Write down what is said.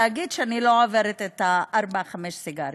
להגיד שאני לא עוברת את הארבע-חמש סיגריות.